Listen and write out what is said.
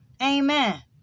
Amen